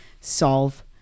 solve